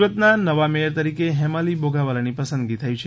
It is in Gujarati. સુરતના નવા મેયર તરીકે હેમાલી બોઘાવાલાની પસંદગી થઇ છે